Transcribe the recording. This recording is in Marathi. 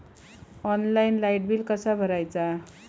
ऑनलाइन लाईट बिल कसा भरायचा?